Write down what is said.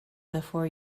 before